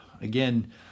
Again